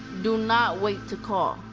do not wait to call.